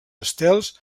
estels